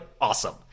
awesome